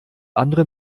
andere